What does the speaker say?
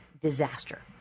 disaster